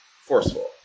forceful